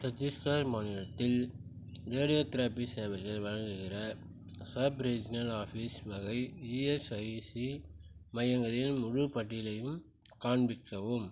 சட்டீஸ்கர் மாநிலத்தில் ரேடியோதெரபி சேவையை வழங்குகிற சப் ரீஜினல் ஆஃபீஸ் வகை ஈஎஸ்ஐசி மையங்களின் முழு பட்டியலையும் காண்பிக்கவும்